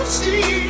see